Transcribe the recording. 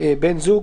בן זוג,